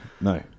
No